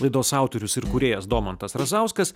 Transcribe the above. laidos autorius ir kūrėjas domantas razauskas